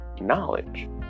knowledge